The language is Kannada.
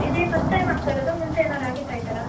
ಇದೇ ಫಸ್ಟ್ ಟೈಮ್ ಆಗ್ತ ಇರೋದಾ ಮುಂಚೆ ಏನಾರೂ ಆಗಿತ್ತಾ ಈ ಥರ